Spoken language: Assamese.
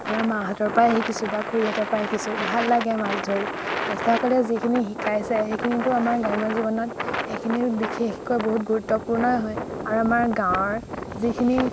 আমাৰ মাহঁতৰ পৰাই শিকিছোঁ বা খুৰীহঁতৰ পৰাই শিকিছোঁ ভাল লাগে মাছ ধৰি জ্য়েষ্ঠসকলে যিখিনি শিকাইছে সেইখিনিতো আমাৰ গ্ৰাম্য় জীৱনত সেইখিনিৰ বিশেষকৈ বহুত গুৰুত্বপূৰ্ণই হয় আৰু আমাৰ গাঁৱৰ যিখিনি